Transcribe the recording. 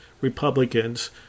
Republicans